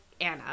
Anna